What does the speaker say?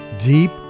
Deep